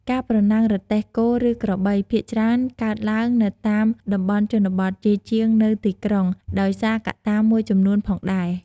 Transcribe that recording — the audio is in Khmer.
ការប្រណាំងរទេះគោឬក្របី ភាគច្រើនកើតឡើងនៅតាមតំបន់ជនបទ ជាជាងនៅទីក្រុង ដោយសារកត្តាមួយចំនួនផងដែរ។